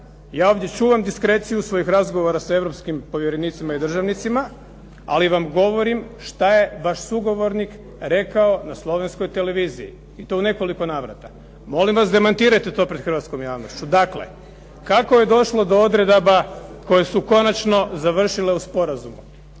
ja ovdje čuvam diskreciju svojih razgovora sa europskim povjerenicima i državnicima, ali vam govorim što je vaš sugovornik rekao na slovenskoj televiziji i to u nekoliko navrata. Molim vas demantirajte to pred hrvatskom javnošću. Dakle, kako je došlo do odredaba koje su konačno završile u sporazumu?